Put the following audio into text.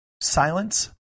Silence